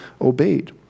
obeyed